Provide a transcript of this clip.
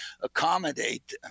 accommodate